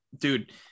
dude